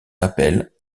appelle